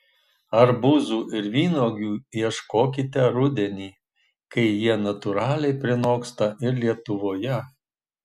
arbūzų ir vynuogių ieškokite rudenį kai jie natūraliai prinoksta ir lietuvoje